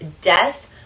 death